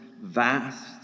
vast